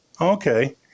Okay